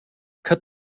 cut